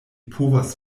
povas